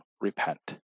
repent